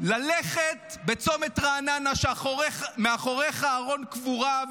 ללכת בצומת רעננה כשמאחוריך ארון קבורה,